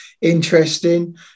interesting